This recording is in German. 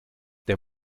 der